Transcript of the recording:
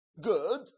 good